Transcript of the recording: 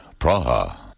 Praha